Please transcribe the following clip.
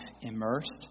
immersed